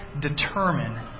determine